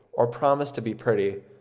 or promised to be pretty,